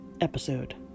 episode